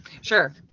Sure